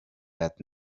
that